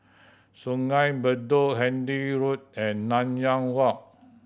Sungei Bedok Handy Road and Nanyang Walk